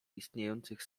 istniejących